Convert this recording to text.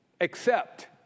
accept